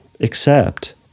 accept